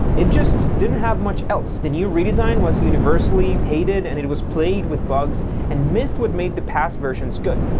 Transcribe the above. it just didn't have much else. the new redesign was universally hated and as it was plagued with bugs and missed what made the past versions good.